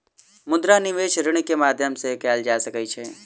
मुद्रा निवेश ऋण के माध्यम से कएल जा सकै छै